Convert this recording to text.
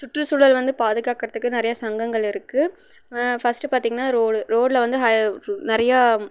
சுற்று சூழல் வந்து பாதுகாக்கிறதுக்கு நிறைய சங்கங்கள் இருக்குது ஃபர்ஸ்ட் பார்த்திங்ன்னா ரோட் ரோடில் வந்து ஹைய நிறையா